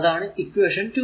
അതാണ് ഇക്വേഷൻ 2